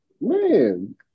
Man